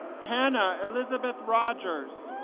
hannah elizabeth rogers